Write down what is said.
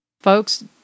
folks